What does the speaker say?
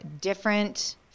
different